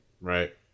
Right